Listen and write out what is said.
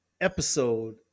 episode